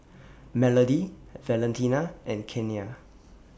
Melodie Valentina and Kenia